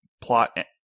plot